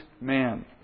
man